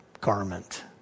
garment